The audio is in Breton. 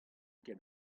ket